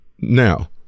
Now